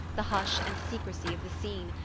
the hush and secrecy of the scene,